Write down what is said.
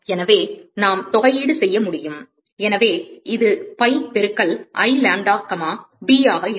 எனவே நாம் தொகையீடு செய்ய முடியும் எனவே இது பை பெருக்கல் I லாம்ப்டா கமா b ஆக இருக்கும்